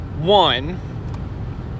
one